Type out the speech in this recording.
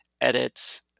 edits